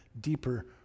deeper